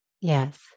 Yes